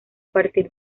partir